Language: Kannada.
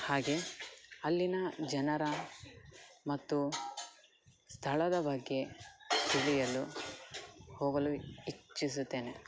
ಹಾಗೇ ಅಲ್ಲಿಯ ಜನರ ಮತ್ತು ಸ್ಥಳದ ಬಗ್ಗೆ ತಿಳಿಯಲು ಹೋಗಲು ಇಚ್ಚಿಸುತ್ತೇನೆ